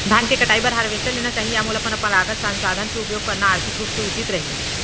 धान के कटाई बर हारवेस्टर लेना चाही या मोला परम्परागत संसाधन के उपयोग करना आर्थिक रूप से उचित रही?